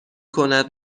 کند